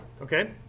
Okay